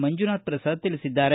ಮಂಜುನಾಥ ಪ್ರಸಾದ್ ತಿಳಿಸಿದ್ದಾರೆ